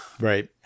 Right